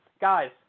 guys